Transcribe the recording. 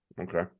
Okay